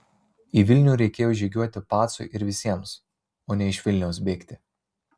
į vilnių reikėjo žygiuoti pacui ir visiems o ne iš vilniaus bėgti